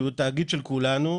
שהוא תאגיד של כולנו,